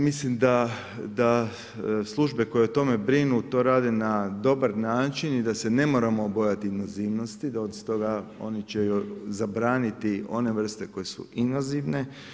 Mislim da službe koje o tome brinu to rade na dobar način i da se ne moramo bojati invanzivnost, da oni će zabraniti one vrste koje su invanzivne.